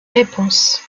réponse